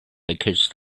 because